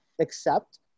accept